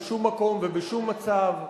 בשום מקום ובשום מצב,